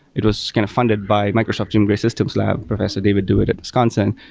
it was kind of funded by microsoft jim gray systems lab, professor david dewitt at wisconsin,